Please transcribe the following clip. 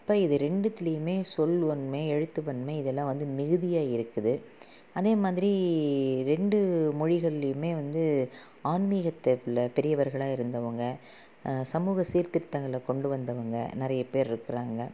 அப்போ இது ரெண்டுத்திலேயுமே சொல் வன்மை எழுத்து வன்மை இதெல்லாம் வந்து மிகுதியாக இருக்குது அதேமாதிரி ரெண்டு மொழிகள்லேயுமே வந்து ஆன்மீக தயவில் பெரியவர்களாக இருந்தவுங்க சமூக சீர்த்திருத்தங்களை கொண்டு வந்தவங்க நிறைய பேர் இருக்கிறாங்க